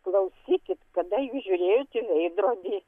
klausykit kada jūs žiūrėjot į veidrodį